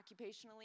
occupationally